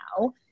now